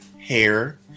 hair